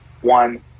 one